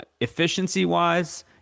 efficiency-wise